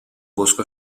bosco